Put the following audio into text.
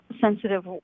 sensitive